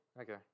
okay